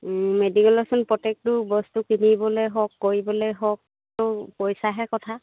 মেডিকেলৰচোন প্ৰত্যেকটো বস্তু কিনিবলৈ হওক কৰিবলৈ হওক তো পইছাহে কথা